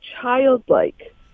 childlike